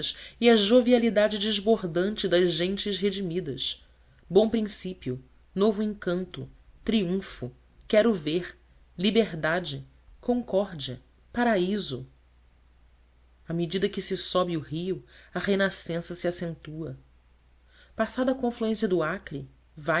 e a jovialidade desbordante das gentes redimidas bom princípio novo encanto triunfo quero ver liberdade concórdia paraíso à medida que se sobe o rio a renascença se acentua passada a confluência do acre